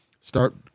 start